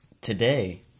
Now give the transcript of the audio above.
today